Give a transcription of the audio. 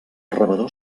rebedor